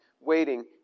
waiting